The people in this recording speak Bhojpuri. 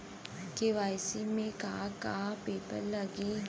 के.वाइ.सी में का का पेपर लगी?